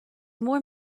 more